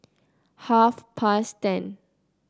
half past ten